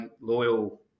loyal